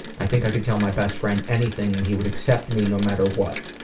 i think i could tell my best friend anything and he would accept me no matter what.